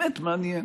באמת מעניין,